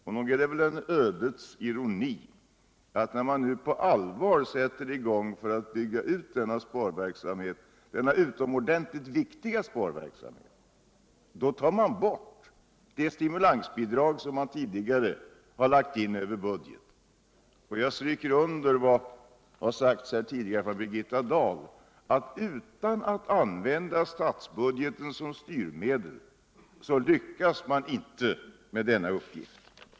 Och nog är det väl en ödets ironi att när man nu på allvar sätter I gång att bygga ut denna utomordentHigt viktiga sparverksamhet, då tar man bort det sumulansbidrag som man tidigare lagt in över budget. Jag stryker under vad Birgitta Dahl tidigare sagt, nämligen att utan att använda statsbudgeten som styrmedel lyckas man inte med denna uppgift.